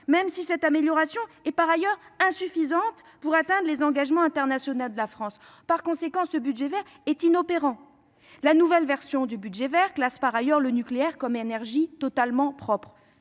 si cette amélioration est par ailleurs insuffisante pour respecter les engagements internationaux de la France. Par conséquent, ce budget vert est inopérant. Dans sa nouvelle version, le nucléaire est par ailleurs classé comme énergie totalement propre,